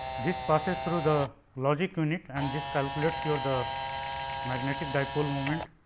this passes through the logic unit and this calculates you are the magnetic dipole moment